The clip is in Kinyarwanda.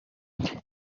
iyi